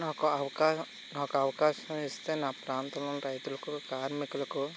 నాకు ఆవకాయ నాకు అవకాశం ఇస్తే నా ప్రాంతంలోని రైతులకు కార్మికులకు